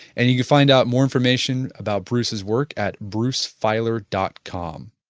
and you could find out more information about bruce's work at brucefeiler dot com